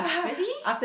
really